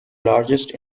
largest